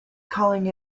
calling